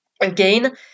Again